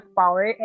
power